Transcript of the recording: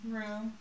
room